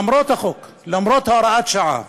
בגלל החוק, הוראת השעה.